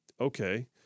Okay